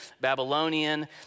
Babylonian